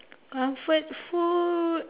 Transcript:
comfort food